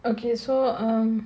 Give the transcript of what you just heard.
okay so um